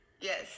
Yes